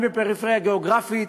אני בפריפריה גיאוגרפית,